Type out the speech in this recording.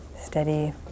steady